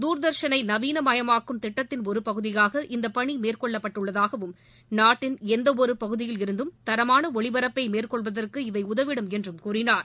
துர்தர்ஷனை நவீனமயமாக்கும் திட்டத்தின் ஒரு பகுதியாக இப்பணி மேற்கொள்ளப்பட்டுள்ளதாகவும் நாட்டின் எந்தவொரு பகுதியில் இருந்தும் தரமான ஒளிபரப்பை மேற்கொள்வதற்கு இவை உதவிடும் என்றும் கூறினார்